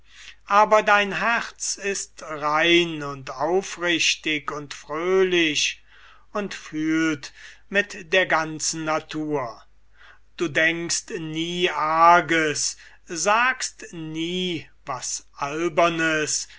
aber dein herz ist rein und aufrichtig und fröhlich und fühlt mit der ganzen natur du denkst nie arges sagst nie was albernes